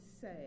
say